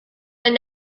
and